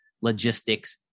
logistics